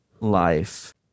life